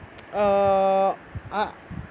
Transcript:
err uh